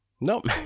nope